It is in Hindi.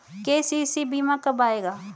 के.सी.सी बीमा कब आएगा?